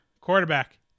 Quarterback